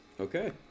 Okay